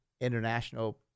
International